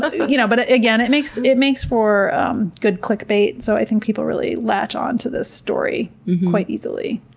ah you know but again, it makes it makes for a good click bait so i think people really latch onto this story quite easily.